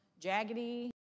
jaggedy